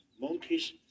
monkeys